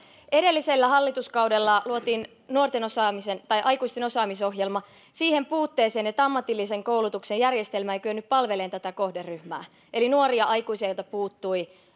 edellisellä hallituskaudella luotiin nuorten aikuisten osaamisohjelma siihen puutteeseen että ammatillisen koulutuksen järjestelmä ei kyennyt palvelemaan tätä kohderyhmää eli nuoria aikuisia joilta puuttui